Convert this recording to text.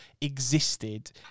existed